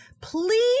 please